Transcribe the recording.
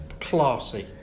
classy